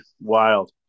wild